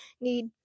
need